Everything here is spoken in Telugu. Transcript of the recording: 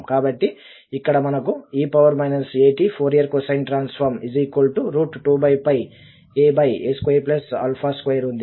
కాబట్టి ఇక్కడ మనకు e at Fourier cosine transform 2aa22 ఉంది